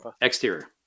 Exterior